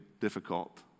difficult